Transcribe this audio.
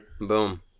Boom